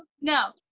No